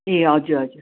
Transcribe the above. ए हजुर हजुर